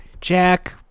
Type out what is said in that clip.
Jack